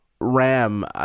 RAM